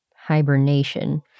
hibernation